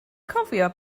cofio